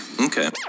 Okay